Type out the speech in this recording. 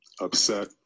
upset